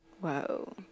whoa